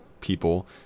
people